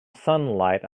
sunlight